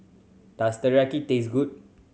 does Teriyaki taste good